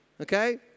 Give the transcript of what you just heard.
Okay